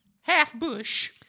half-bush